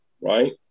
right